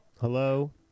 Hello